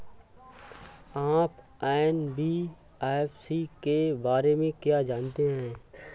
आप एन.बी.एफ.सी के बारे में क्या जानते हैं?